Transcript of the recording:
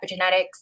epigenetics